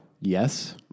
Yes